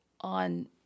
on